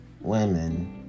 women